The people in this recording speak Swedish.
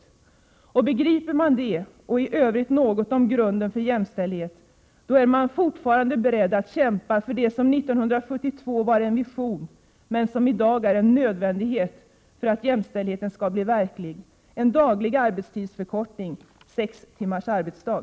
Om man begriper det och om man i övrigt förstår något om grunden för jämställdhet, är man fortfarande beredd att kämpa för det som 1972 bara var en vision men som i dag är en nödvändighet för att jämställdheten skall bli verklighet. Det handlar alltså om en daglig arbetstidsförkortning, om sex timmars arbetsdag!